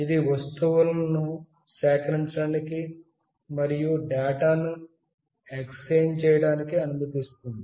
ఇది వస్తువులను సమాచారం సేకరించడానికి మరియు మార్పిడి చేయడానికి అనుమతిస్తుంది